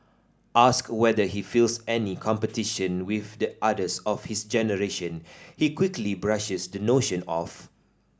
asked whether he feels any competition with the others of his generation he quickly brushes the notion off